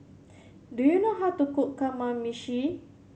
do you know how to cook Kamameshi